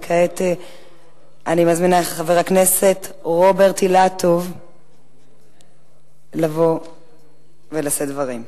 וכעת אני מזמינה את חבר הכנסת רוברט אילטוב לבוא ולשאת דברים.